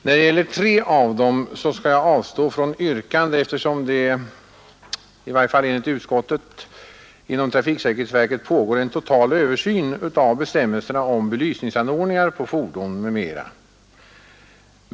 När det gäller tre av dem skall jag avstå från yrkande, eftersom det i varje fall enligt utskottet inom trafiksäkerhetsverket pågår en total översyn av bestämmelserna om belysningsanordningar på fordon m.m.